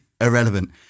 irrelevant